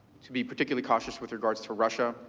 to be particularly cautious with regards to russia,